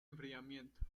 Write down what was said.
enfriamiento